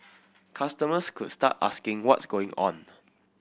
customers could start asking what's going on